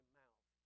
mouth